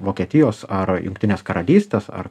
vokietijos ar jungtinės karalystės ar